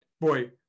boy –